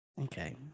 okay